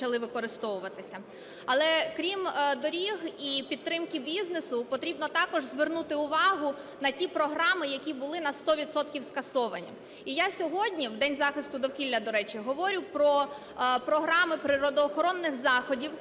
Але крім доріг і підтримки бізнесу потрібно також звернути увагу на ті програми, які були на 100 відсотків скасовані. І я сьогодні, в День захисту довкілля, до речі, говорю про програми природоохоронних заходів,